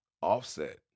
Offset